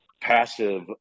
passive